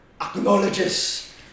acknowledges